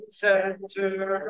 center